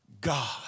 God